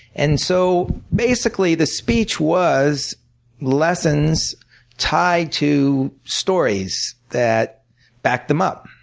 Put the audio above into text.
and so basically, the speech was lessons tied to stories that backed them up.